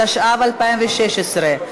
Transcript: התשע"ו 2016,